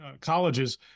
colleges